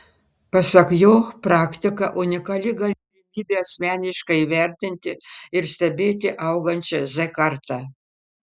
pasak jo praktika unikali galimybė asmeniškai įvertinti ir stebėti augančią z kartą